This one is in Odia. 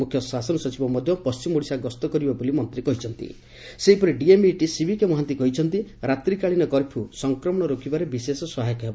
ମୁଖ୍ୟ ଶାସନ ସଚିବ ମଧ୍ଧ ପଣ୍ଟିମ ଓଡ଼ିଶା ଗସ୍ତ କରିବେ ବୋଲି ମନ୍ଦ୍ରୀ କହିଛନ୍ତି ସେହିପରି ଡିଏମ୍ଇଟି ସିବିକେ ମହାନ୍ତି କହିଛନ୍ତି ରାତ୍ରିକାଳୀନ କର୍ଫ୍ୟ ସଂକ୍ରମଶ ରୋକିବାରେ ବିଶେଷ ସହାୟକ ହେବ